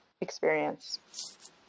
experience